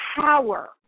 power